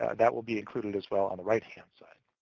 that will be included, as well, on the right-hand side.